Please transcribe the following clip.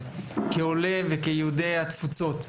כעולה וכיהודי התפוצות,